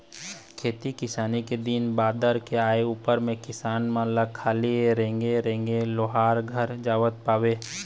खेती किसानी के दिन बादर के आय उपर म किसान मन ल खाली रेंगे रेंगे लोहारे घर जावत पाबे